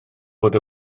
fod